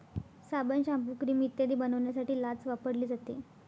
साबण, shampoo, cream इत्यादी बनवण्यासाठी लाच वापरली जाते